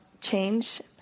change